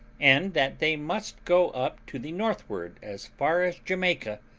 and that they must go up to the northward as far as jamaica,